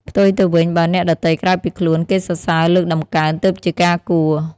ផ្ទុយទៅវិញ បើអ្នកដទៃក្រៅពីខ្លួន គេសរសើរលើកតម្កើងទើបជាការគួរ។